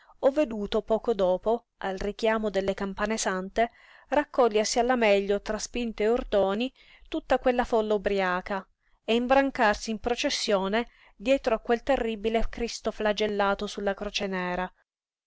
ho veduto poco dopo al richiamo delle campane sante raccogliersi alla meglio tra spinte e urtoni tutta quella folla ubriaca e imbrancarsi in processione dietro a quel terribile cristo flagellato su la croce nera